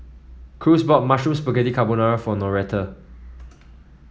Cruz bought Mushroom Spaghetti Carbonara for Noretta